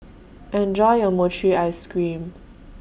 Enjoy your Mochi Ice Cream